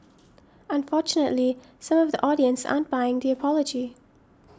unfortunately some of the audience aren't buying the apology